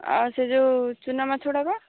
ଆଉ ସେ ଯେଉଁ ଚୁନା ମାଛଗୁଡ଼ାକ